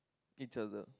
each other